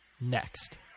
next